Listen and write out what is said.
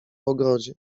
ogrodzie